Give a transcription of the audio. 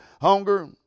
hunger